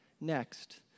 next